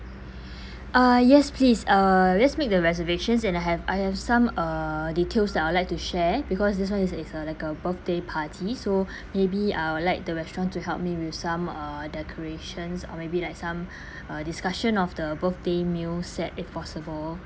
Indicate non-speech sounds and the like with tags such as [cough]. [breath] uh yes please uh let's make the reservations and I have I have some uh details that I would like to share because this [one] is is uh like a birthday party so [breath] maybe I would like the restaurant to help me with some uh decorations or maybe like some [breath] uh discussion of the birthday meal set if possible